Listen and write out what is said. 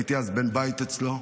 הייתי אז בן בית אצלו.